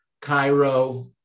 Cairo